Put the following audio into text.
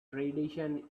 tradition